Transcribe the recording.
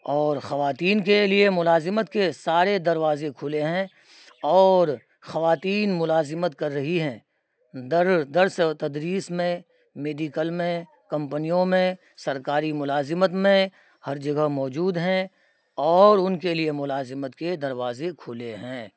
اور خواتین کے لیے ملازمت کے سارے دروازے کھلے ہیں اور خواتین ملازمت کر رہی ہیں در درس تدریس میں میڈیکل میں کمپنیوں میں سرکاری ملازمت میں ہر جگہ موجود ہیں اور ان کے لیے ملازمت کے دروازے کھلے ہیں